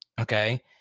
Okay